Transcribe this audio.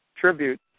tribute